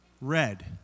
Red